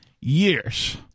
years